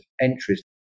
entries